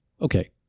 Okay